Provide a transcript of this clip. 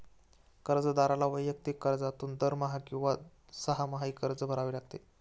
कर्जदाराला वैयक्तिक कर्जातून दरमहा किंवा सहामाही कर्ज भरावे लागते